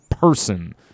person